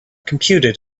computed